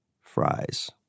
fries